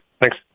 Thanks